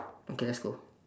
okay let's go